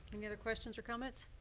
any other questions or comments?